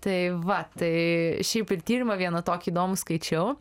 tai va tai šiaip ir tyrimą vieną tokį įdomų skaičiau